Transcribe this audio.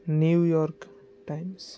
New York Times